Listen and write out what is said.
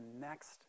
next